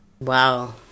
wow